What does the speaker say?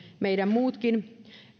meidän muutkin